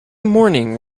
morning